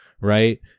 right